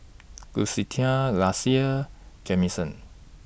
Lucretia Lassie Jameson